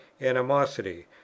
animosity